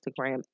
Instagram